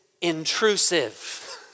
intrusive